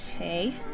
Okay